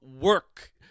work